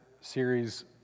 series